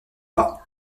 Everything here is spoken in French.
pas